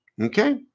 okay